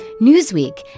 Newsweek